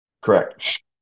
Correct